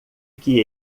que